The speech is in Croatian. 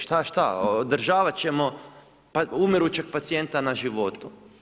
Šta, šta održavat ćemo umirujućeg pacijenta na životu?